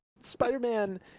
spider-man